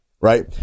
right